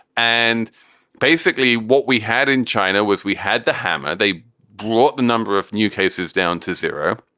and basically what we had in china was we had the hammer. they brought the number of new cases down to zero.